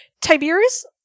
Tiberius